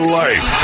life